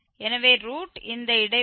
எனவே ரூட் இந்த இடைவெளி 0